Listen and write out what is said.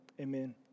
Amen